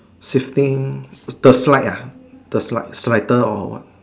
sifting the slide ah the slide sliders or what